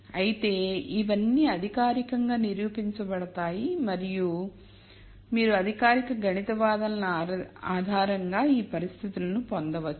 అయితే ఇవన్నీ అధికారికంగా నిరూపించబడతాయి మరియు మీరు అధికారిక గణిత వాదనల ఆధారంగా ఈ పరిస్థితులను పొందవచ్చు